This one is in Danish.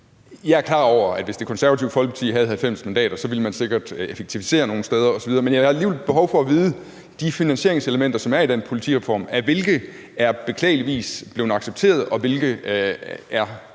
Jeg er klar over, at hvis Det Konservative Folkeparti havde 90 mandater, ville man sikkert effektivisere nogle steder osv., men jeg har jo alligevel behov for at vide, hvilke af de finansieringselementer, som er i den politireform, der beklageligvis er blevet accepteret, og hvilke af